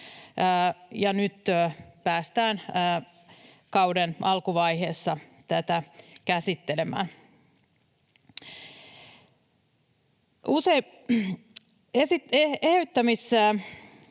nyt päästään kauden alkuvaiheessa tätä käsittelemään. Eheytysterapioilla